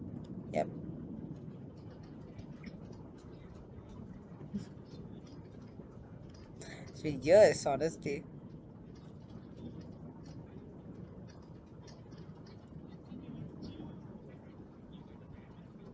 yup it's been years honestly